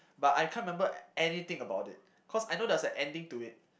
but I can't remember anything about it cause I know there was a ending to it